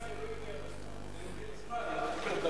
ה”סופר-טנקר" לא הגיע בזמן, זה לוקח זמן.